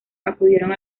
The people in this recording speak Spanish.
acudieron